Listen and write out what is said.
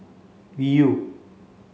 viu